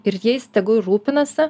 ir jais tegul rūpinasi